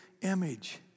image